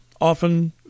often